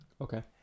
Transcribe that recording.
Okay